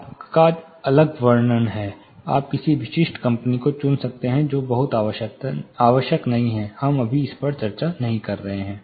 आपका अलग वर्णन है आप किसी भी विशिष्ट कंपनी को चुन सकते हैं जो बहुत आवश्यक नहीं है कि हम अभी चर्चा नहीं कर रहे हैं